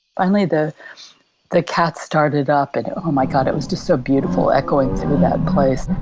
finally the the cats started up and oh my god it was just so beautiful echoing through that place.